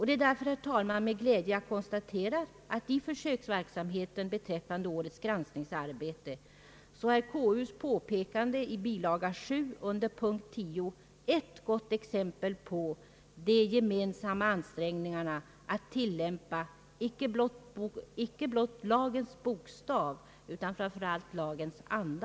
Det är därför, herr talman, en glädje att konstatera, att i försöksverksamheten beträffande årets granskningsarbete, är KU:s påpekande i bilaga 7 under punkt 10 ett gott exempel på de gemensamma ansträngningarna att tillämpa icke blott lagens bokstav, utan framför allt lagens anda.